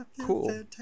Cool